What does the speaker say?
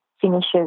finishes